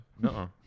no